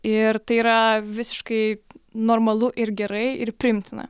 ir tai yra visiškai normalu ir gerai ir priimtina